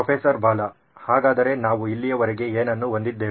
professor Bala ಹಾಗಾದರೆ ನಾವು ಇಲ್ಲಿಯವರೆಗೆ ಏನನ್ನು ಹೊಂದಿದ್ದೇವೆ